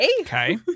Okay